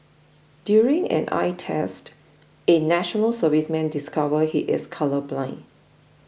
during an eye test a National Serviceman discover he is colourblind